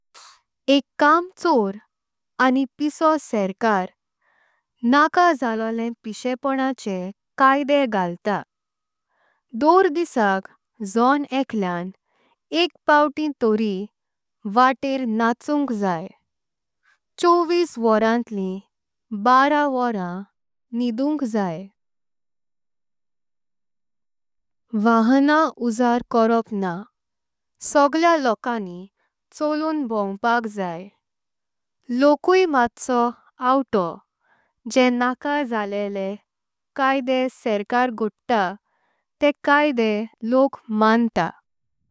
एका कामचोर आनी पिसो सरकार नका झालोले। पिशेपोन्नाचे कायदे घालतां दोर दिसाक जोंन एकलें। एक पाव्त तरी वाटेन्नाचुंक जाई चव्वीस वोरांतलिं। बारा वोरां म निदुंक जाई वाहाना उज्जार कोरॉप ना। सगळ्या लोकानि चोलून भोंवपाक जाई लोकूई मत्सो आवतो। जे नकाजले कायदे सरकार गोडता ते कायदे लोक मांदता।